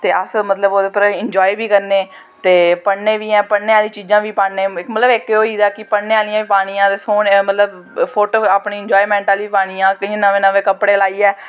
ते अस ओह्दे उप्पर मतलव इंजॉए बी करने ते पढ़ने बी ऐं पढ़ना आह्ली चीजां बी पान्ने मतलव की इक एह् होई दा कि पढ़ने आह्लियां बी पानियां फोटो अपनी इंजाएमैंट आह्लियां बी पानियां अपने इयां नमें नमें कपड़े लाईयै